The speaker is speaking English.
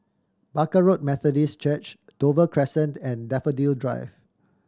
Barker Road Methodist Church Dover Crescent and Daffodil Drive